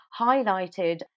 highlighted